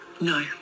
No